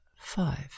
five